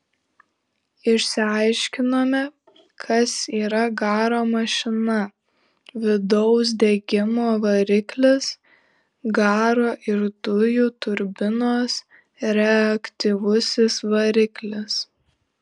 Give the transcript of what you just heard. išsiaiškinome kas yra garo mašina vidaus degimo variklis garo ir dujų turbinos reaktyvusis variklis